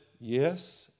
yes